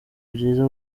byiza